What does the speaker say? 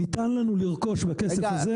ניתן לנו לרכוש בכסף הזה כ-100 --- רגע,